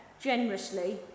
generously